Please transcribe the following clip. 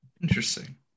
Interesting